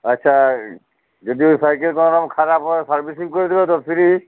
আচ্ছা যদি ওই সাইকেল কখনও খারাপ হয় সার্ভিসিং করে দেবে তো ফ্রী